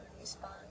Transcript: respond